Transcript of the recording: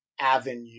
avenue